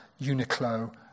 uniqlo